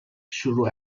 شروع